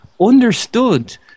understood